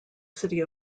city